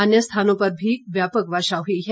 अन्य स्थानों पर भी व्यापक वर्षा हुई है